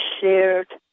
shared